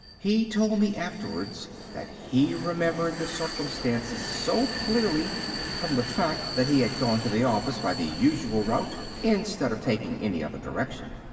he told me afterwards that he remembered the circumstances so clearly from the fact that he had gone to the office by the usual route instead of taking any other direction.